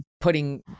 putting